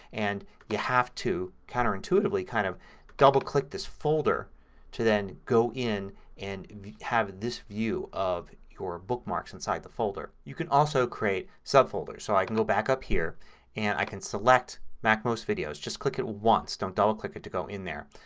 and you have to, counterintuitively, kind of double-click this folder to then go in and have this view of your bookmarks inside the folder. you can also create subfolders. so i can go back up here and i can select macmost videos. just click it once. don't double-click it to go in there.